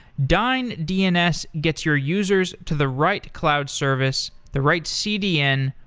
dyn dns gets your users to the right cloud service, the right cdn,